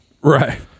Right